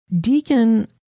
Deacon